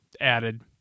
added